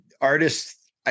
Artists